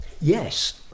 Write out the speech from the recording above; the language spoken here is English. Yes